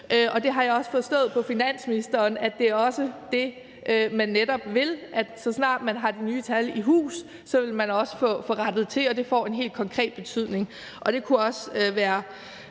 og jeg har forstået på finansministeren, at det også er det, man netop vil – at så snart man har de nye tal i hus, vil man også få det rettet til, og det får en helt konkret betydning. Det kunne også være